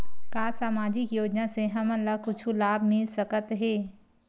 का सामाजिक योजना से हमन ला कुछु लाभ मिल सकत हे?